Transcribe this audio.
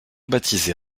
baptisée